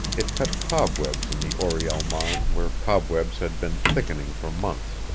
it cut cobwebs in the oriel mine where cobwebs had been thickening for months.